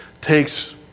takes